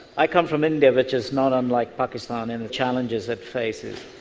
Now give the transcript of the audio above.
i come from india which is not unlike pakistan in the challenges it faces.